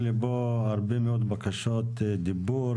לפחות חלקם,